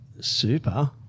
super